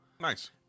nice